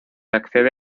accede